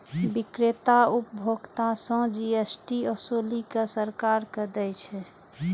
बिक्रेता उपभोक्ता सं जी.एस.टी ओसूलि कें सरकार कें दै छै